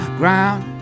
ground